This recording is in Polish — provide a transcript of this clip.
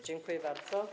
Dziękuję bardzo.